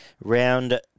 round